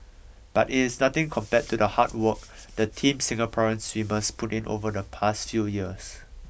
but it's nothing compared to the hard work the team Singapore swimmers put in over the past few years